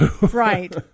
Right